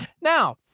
Now